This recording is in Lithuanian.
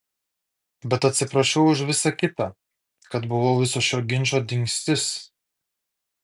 bet atsiprašiau už visa kita kad buvau viso šio ginčo dingstis